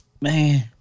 Man